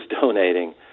donating